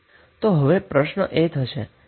તો હવે પ્રશ્ન એ થશે કે તેની વેલ્યુ શું થશે